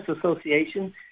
Association